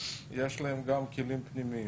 יש להם גם כלים פנימיים,